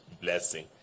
blessing